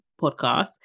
podcast